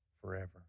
forever